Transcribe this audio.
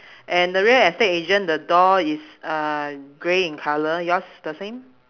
and the real estate agent the door is uh grey in colour yours the same